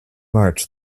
march